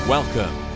Welcome